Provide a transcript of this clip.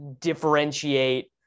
differentiate